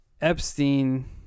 Epstein